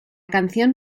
canción